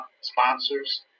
sponsors